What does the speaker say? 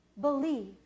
believe